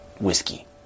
whiskey